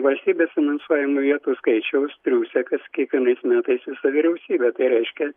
valstybės finansuojamų vietų skaičiaus triūsia kas kiekvienais metais visa vyriausybė tai reiškia